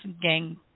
gang